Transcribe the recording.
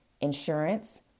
insurance